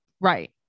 Right